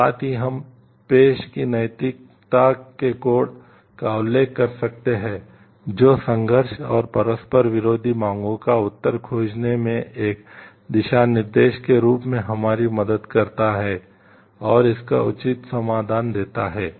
और साथ ही हम पेशे की नैतिकता के कोड का उल्लेख कर सकते हैं जो संघर्ष और परस्पर विरोधी मांगों का उत्तर खोजने में एक दिशानिर्देश के रूप में हमारी मदद करता है और इसका उचित समाधान देता है